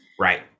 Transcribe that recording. Right